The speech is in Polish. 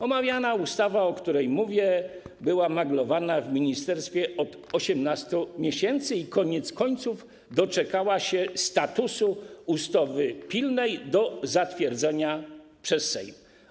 Omawiana ustawa, o której mówię, była maglowana w ministerstwie od 18 miesięcy i koniec końców doczekała się statusu ustawy pilnej do zatwierdzenia przez Sejm.